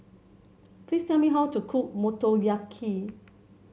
please tell me how to cook Motoyaki